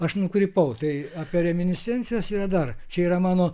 aš nukrypau tai ką reminiscencijos yra dar čia yra mano